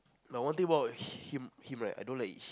no one thing about him him right I don't like